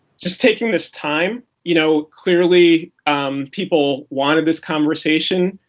just taking this time. you know clearly people wanted this conversation.